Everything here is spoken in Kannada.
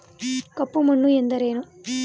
ಕಪ್ಪು ಮಣ್ಣು ಎಂದರೇನು?